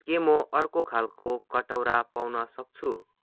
के म अर्को खालको कटौरा पाउन सक्छु